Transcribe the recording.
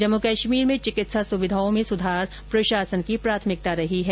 जम्मू कश्मीर में चिकित्सा सुविधाओं में सुधार प्रशासन की प्राथमिकता रही है